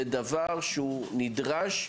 זה דבר שהוא נדרש.